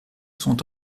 sont